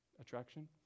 attraction